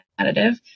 additive